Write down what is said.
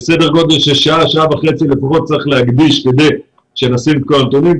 וצריך להקדיש סדר גודל של שעה-שעה וחצי כדי שנשים את כל הנתונים.